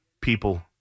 people